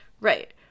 Right